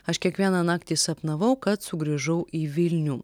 aš kiekvieną naktį sapnavau kad sugrįžau į vilnių